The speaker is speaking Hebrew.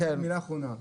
מילה אחרונה,